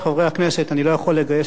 אני לא יכול לגייס את הלהט